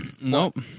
Nope